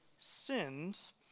sins